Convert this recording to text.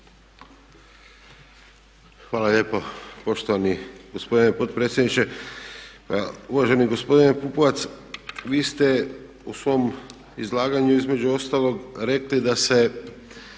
Hvala lijepo poštovani gospodine potpredsjedniče. Uvaženi gospodine Pupovac vi ste u svom izlaganju između ostalog rekli da se